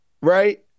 right